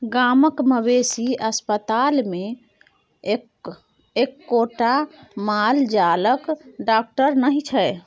गामक मवेशी अस्पतालमे एक्कोटा माल जालक डाकटर नहि छै